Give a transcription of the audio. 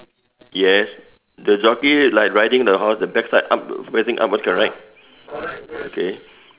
yes the jockey like riding the horse the backside up facing upwards correct okay